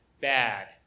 bad